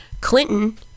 Clinton